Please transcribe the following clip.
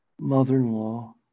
mother-in-law